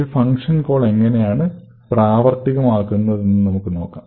ഒരു function call എങ്ങിനെയാണ് പ്രാവർത്തികമാക്കുന്നത് എന്ന് നമുക്ക് നോക്കാം